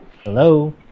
Hello